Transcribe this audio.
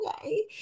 okay